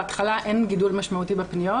בהתחלה אין גידול משמעותי בפניות.